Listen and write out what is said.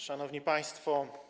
Szanowni Państwo!